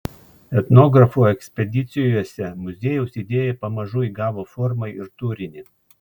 etnografų ekspedicijose muziejaus idėja pamažu įgavo formą ir turinį